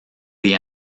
the